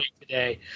today